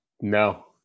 No